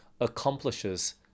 accomplishes